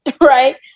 Right